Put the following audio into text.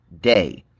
day